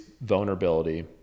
vulnerability